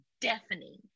deafening